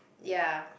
ya